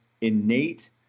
innate